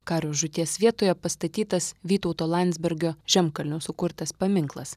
kario žūties vietoje pastatytas vytauto landsbergio žemkalnio sukurtas paminklas